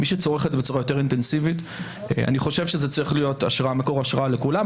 אני חושב שזה צריך להיות מקור השראה לכולם.